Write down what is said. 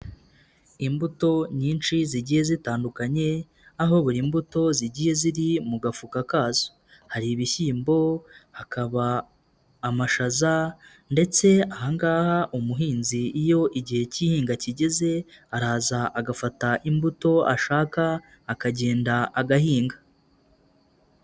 Imbuto nyinshi zigiye zitandukanye, aho buri mbuto zigiye ziri mu gafuka kazo. Hari ibishyimbo, hakaba amashaza ndetse ahangaha umuhinzi iyo igihe cyihinga kigeze, araza agafata imbuto ashaka, akagenda agahinga.